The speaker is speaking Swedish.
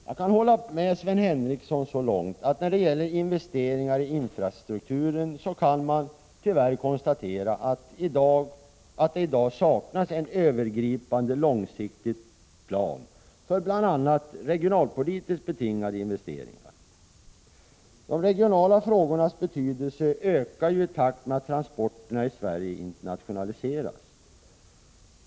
Jag kan hålla med Sven Henricsson så långt, att när det gäller investeringar i infrastrukturen kan man tyvärr konstatera, att det i dag saknas en övergripande långsiktig plan, för bl.a. regionalpolitiskt betingade investeringar. De regionala frågornas betydelse ökar i takt med att transporterna i Sverige internationaliseras.